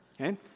Okay